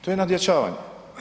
To je nadjačavanje.